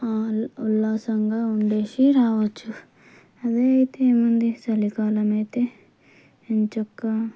ఉల్లాసంగా ఉండేసి రావచ్చు అదే అయితే ఏముంది చలికాలం అయితే ఎంచక్కా